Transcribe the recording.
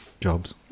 jobs